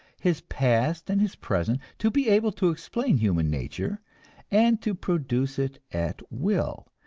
his past and his present, to be able to explain human nature and to produce it at will,